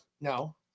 no